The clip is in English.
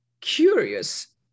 curious